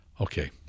okay